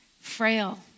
Frail